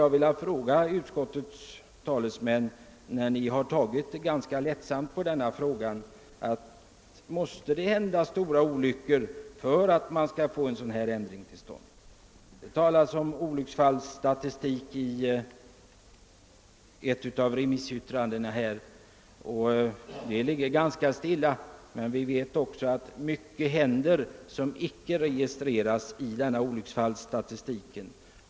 Jag vill fråga utskottets talesmän, som tagit ganska lätt på denna uppgift, om det måste inträffa stora olyckor för att en ändring som den föreslagna skall komma till stånd. I ett av remissyttrandena berörs olycksfallsstatistiken, som ligger ganska oförändrad år efter år, men vi vet också att det händer mycket som icke registreras i denna statistik.